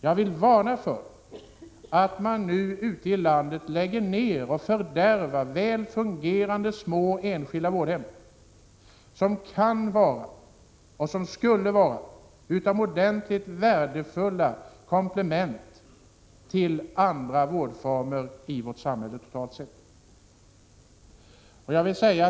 Jag vill varna för att man nu ute i landet lägger ned och fördärvar väl fungerande små enskilda vårdhem, som skulle vara utomordentligt värdefulla komplement till andra vårdformer i vårt samhälle totalt sett.